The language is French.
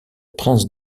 prince